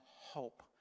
hope